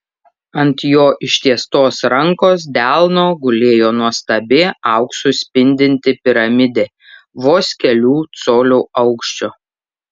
ant jo ištiestos rankos delno gulėjo nuostabi auksu spindinti piramidė vos kelių colių aukščio